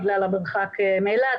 בגלל המרחק מאילת.